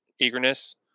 eagerness